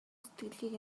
сэтгэлийг